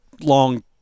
long